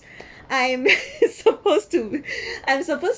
I am supposed to I'm supposed